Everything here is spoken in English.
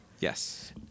Yes